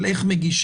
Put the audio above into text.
של איך מגישים,